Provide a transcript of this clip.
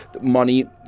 money